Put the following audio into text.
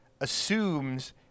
assumes